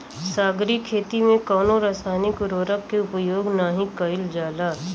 सागरीय खेती में कवनो रासायनिक उर्वरक के उपयोग नाही कईल जाला